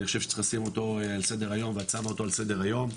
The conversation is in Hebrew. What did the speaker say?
אני חושב שצריך לשים אותו על סדר היום ואת שמה אותו על סדר היום,